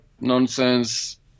nonsense